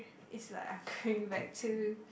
it's like I'm going back to